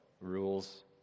rules